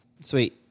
Sweet